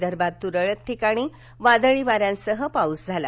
विदर्भात तुरळक ठिकाणी वादळी वाऱ्यांसह पाउस झाला